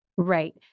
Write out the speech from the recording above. Right